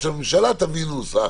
שהממשלה תביא נוסח